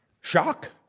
shock